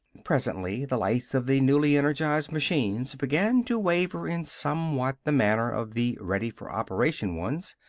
presently the lights of the newly energized machines began to waver in somewhat the manner of the ready-for-operation ones.